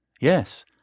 Yes